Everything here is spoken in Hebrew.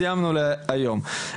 סיימנו להיום.